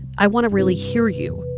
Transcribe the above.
i want to really hear you.